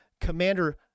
Commander